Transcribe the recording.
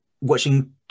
watching